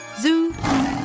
Zoo